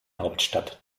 hauptstadt